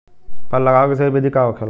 फल लगावे के सही विधि का होखेला?